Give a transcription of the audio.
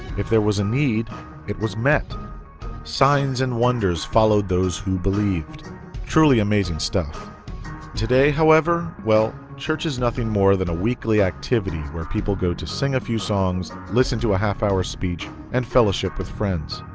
if there was a need it was met signs and wonders followed those who believed truly amazing stuff today however well church is nothing more than a weekly activity where people go to sing a few songs listen to a half-hour speech and fellowship with friends.